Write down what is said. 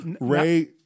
Ray